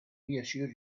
reassure